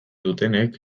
dutenek